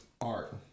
art